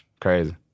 Crazy